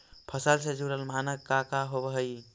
फसल से जुड़ल मानक का का होव हइ?